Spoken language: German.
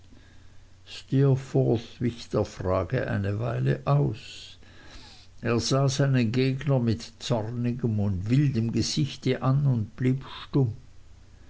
wich der frage eine weile aus er sah seinen gegner mit zornigem und wildem gesicht an und blieb stumm